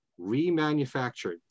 remanufactured